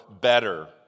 better